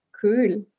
cool